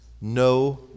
no